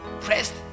pressed